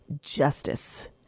justice